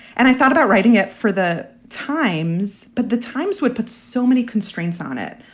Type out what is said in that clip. and i thought about writing it for the times, but the times would put so many constraints on it.